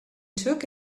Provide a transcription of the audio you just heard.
took